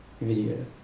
video